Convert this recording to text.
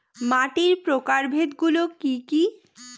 মাটির প্রকারভেদ গুলো কি কী?